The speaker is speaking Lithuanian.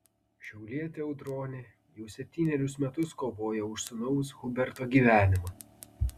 šiaulietė audronė jau septynerius metus kovoja už sūnaus huberto gyvenimą